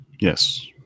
yes